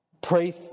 Pray